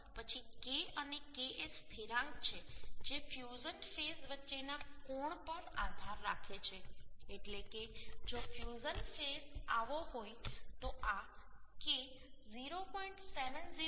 પછી K અને K એ સ્થિરાંક છે જે ફ્યુઝન ફેસ વચ્ચેના કોણ પર આધાર રાખે છે એટલે કે જો ફ્યુઝન ફેસ આવો હોય તો આ K 0